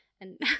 and-